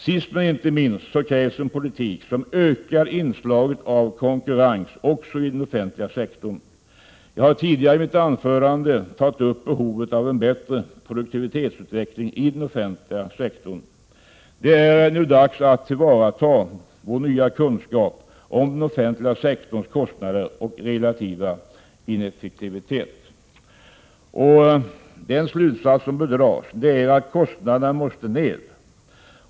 Sist men inte minst krävs en politik som ökar inslaget av konkurrens också i den offentliga sektorn. Jag har tidigare i mitt anförande tagit upp behovet av en bättre produktivitetsutveckling i den offentliga sektorn. Det är nu dags att tillvarata vår nya kunskap om den offentliga sektorns kostnader och relativa ineffektivitet. Den slutsats som bör dras är att kostnaderna måste ned.